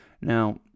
Now